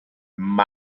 grew